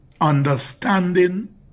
understanding